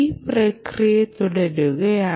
ഈ പ്രക്രിയ തുടരുകയുമാണ്